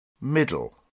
middle